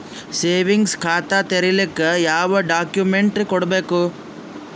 Savings ಖಾತಾ ತೇರಿಲಿಕ ಯಾವ ಡಾಕ್ಯುಮೆಂಟ್ ಕೊಡಬೇಕು?